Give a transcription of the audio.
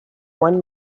one